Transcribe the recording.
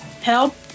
help